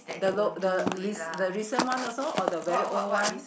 the the the recent one also or the very old one